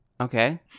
Okay